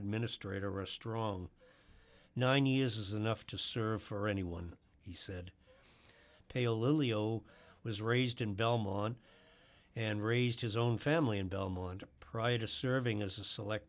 administrator are a strong nine years is enough to serve for anyone he said paoli zero was raised in belmont and raised his own family in belmont prior to serving as a select